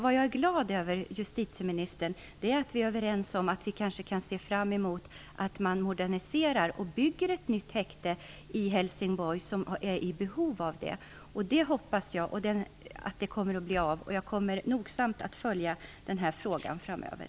Vad jag är glad över, justitieministern, är att vi är överens om att vi kan se fram emot att man moderniserar och bygger ett nytt häkte i Helsingborg, där man är i behov av det. Jag hoppas att det kommer att bli av. Jag kommer nogsamt att följa denna fråga framöver.